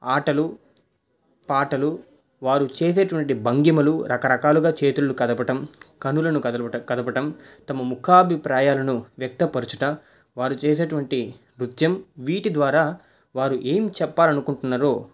ఆటలు పాటలు వారు చేసేటువంటి భంగిమలు రకరకాలుగా చేతులు కదపటం కనులను కదల కదపటం తమ ముఖాభిప్రాయాలను వ్యక్తపరచుట వారు చేసేటువంటి నృత్యం వీటి ద్వారా వారు ఏం చెప్పాలనుకుంటున్నారో